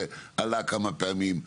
שעלה כמה פעמים,